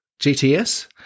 GTS